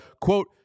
quote